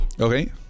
Okay